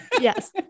Yes